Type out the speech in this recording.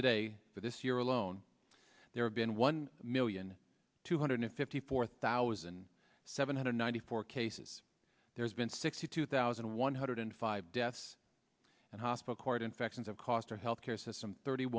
today for this year alone there have been one million two hundred fifty four thousand seven hundred ninety four cases there's been sixty two thousand one hundred five deaths and hospital court infections have cost our health care system thirty